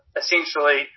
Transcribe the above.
essentially